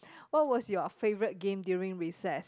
what was your favourite game during recess